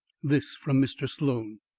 this from mr. sloan.